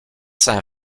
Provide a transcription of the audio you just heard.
saint